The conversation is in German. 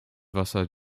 wasser